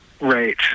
Right